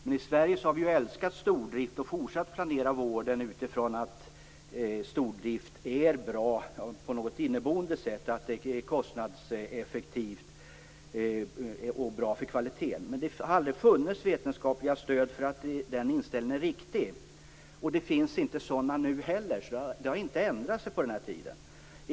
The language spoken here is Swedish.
Men i Sverige har vi ju älskat stordrift och fortsatt att planera vården utifrån att stordrift är bra på något inneboende sätt, att det är kostnadseffektivt och bra för kvaliteten. Men det har aldrig funnits vetenskapligt stöd för att den inställningen är riktig. Och det finns det inte nu heller. Det har inte ändrat sig på den här tiden.